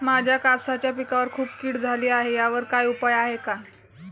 माझ्या कापसाच्या पिकावर खूप कीड झाली आहे यावर काय उपाय आहे का?